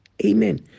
Amen